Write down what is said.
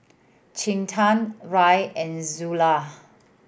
Quinten Rae and Zula